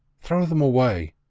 throw them away!